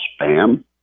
spam